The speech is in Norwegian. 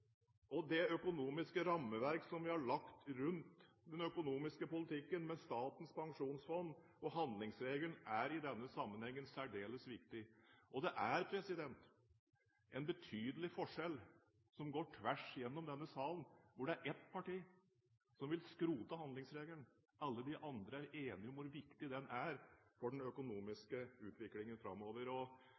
nå. Det økonomiske rammeverk som vi har lagt rundt den økonomiske politikken med Statens pensjonsfond og handlingsregelen, er i denne sammenhengen særdeles viktig. Og det er en betydelig forskjell som går tvers igjennom denne salen, hvor det er ett parti som vil skrote handlingsregelen. Alle de andre er enige om hvor viktig den er for den økonomiske utviklingen framover.